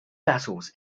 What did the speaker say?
battles